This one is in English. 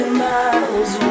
miles